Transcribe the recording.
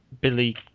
Billy